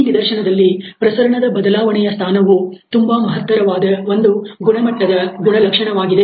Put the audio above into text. ಈ ನಿದರ್ಶನದಲ್ಲಿ ಪ್ರಸರಣದ ಬದಲಾವಣೆಯ ಸ್ಥಾನವು ತುಂಬಾ ಮಹತ್ತರವಾದ ಒಂದು ಗುಣಮಟ್ಟದ ಗುಣಲಕ್ಷಣವಾಗಿದೆ